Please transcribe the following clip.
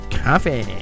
Coffee